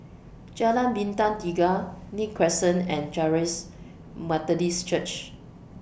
Jalan Bintang Tiga Nim Crescent and Charis Methodist Church